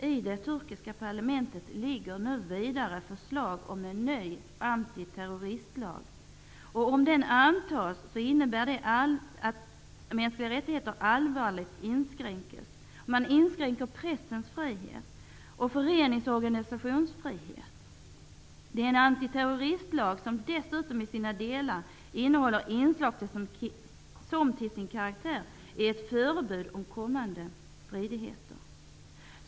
I det turkiska parlamentet ligger nu vidare förslag om en ny antiterroristlag. Om den antas innebär det att mänskliga rättigheter allvarligt inskränks. Pressens frihet inskränks, och förenings och organisationsfriheten inskränks. Det är en antiterroristlag som dessutom i sina delar innehåller inslag som till sin karaktär är ett förebud om kommande stridigheter.